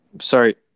Sorry